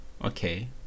Okay